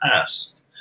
past